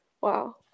Wow